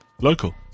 local